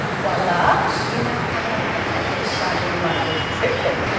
voila, you now have enough content to be charging a monthly subscription.